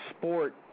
sport